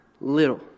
little